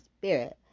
spirit